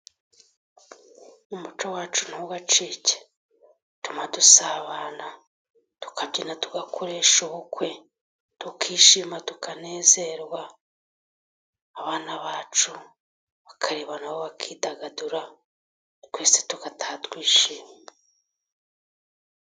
Umuco wacu ntugacike bituma dusabana, tukabyina, tugakoresha ubukwe, tukishima, tukanezerwa, abana bacu bakareba na bo bakidagadura twese tugataha twishimye.